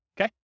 Okay